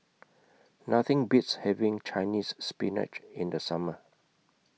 Nothing Beats having Chinese Spinach in The Summer